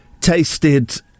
tasted